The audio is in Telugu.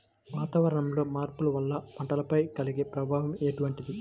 వాతావరణంలో మార్పుల వల్ల పంటలపై కలిగే ప్రభావం ఎటువంటిది?